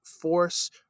force